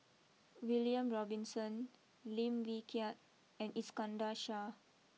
William Robinson Lim Wee Kiak and Iskandar Shah